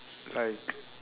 like